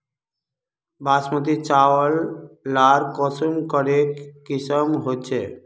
बासमती चावल लार कुंसम करे किसम होचए?